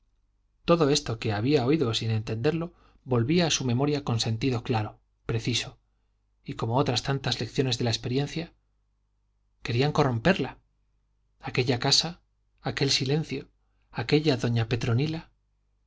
todo esto que había oído sin entenderlo volvía a su memoria con sentido claro preciso y como otras tantas lecciones de la experiencia querían corromperla aquella casa aquel silencio aquella doña petronila